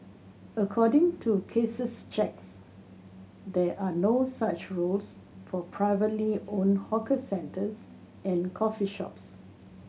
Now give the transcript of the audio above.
according to Case's checks there are no such rules for privately owned hawker centres and coffee shops